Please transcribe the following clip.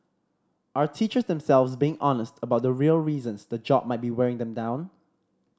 are teachers themselves being honest about the real reasons the job might be wearing them down